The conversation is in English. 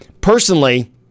Personally